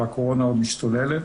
הקורונה עוד משתוללת,